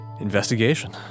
Investigation